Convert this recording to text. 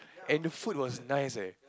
and the food was nice eh